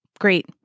great